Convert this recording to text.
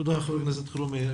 תודה, חבר הכנסת אלחרומי.